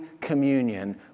communion